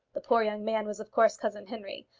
the poor young man was of course cousin henry.